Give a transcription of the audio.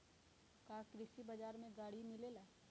का कृषि बजार में गड़ियो मिलेला?